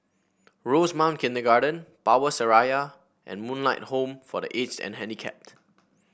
Rosemount Kindergarten Power Seraya and Moonlight Home for The Aged and Handicapped